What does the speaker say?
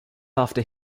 after